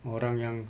orang yang